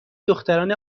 دختران